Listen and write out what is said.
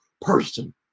person